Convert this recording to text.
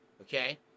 Okay